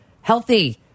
Healthy